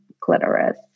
clitoris